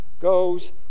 goes